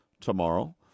tomorrow